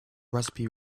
recipe